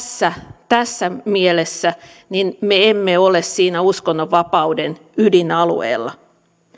uskontoaan ja tässä mielessä me emme ole siinä uskonnonvapauden ydinalueella